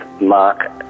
Mark